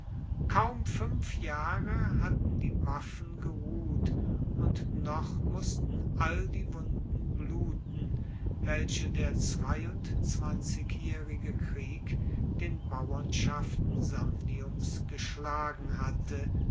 kaum fuenf jahre hatten die waffen geruht und noch mussten all die wunden bluten welche der zweiundzwanzigjaehrige krieg den bauernschaften samniums geschlagen hatte